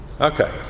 Okay